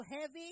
heavy